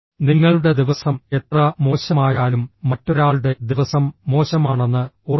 നിങ്ങളുടെ ദിവസം എത്ര മോശമായാലും മറ്റൊരാളുടെ ദിവസം മോശമാണെന്ന് ഓർക്കുക